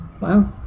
Wow